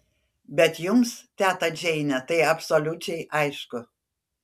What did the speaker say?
bet jums teta džeine tai absoliučiai aišku